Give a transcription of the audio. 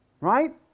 right